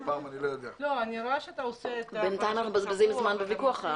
אני רואה שאתה עושה --- בינתיים אנחנו מבזבזים זמן בוויכוח.